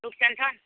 रूपचन छनि